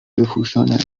بپوشانند